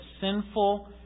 sinful